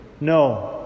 No